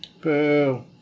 Boo